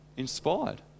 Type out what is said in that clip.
inspired